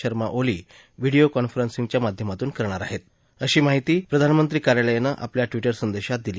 Sharma Oli video conference च्या माध्यमातून करणार आहेत अशी माहिती प्रधानमंत्री कार्यालयानं देण्यात आपल्या संदेशात दिली